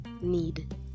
need